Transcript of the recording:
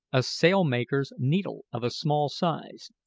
a sailmaker's needle of a small size.